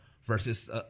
versus